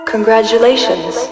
Congratulations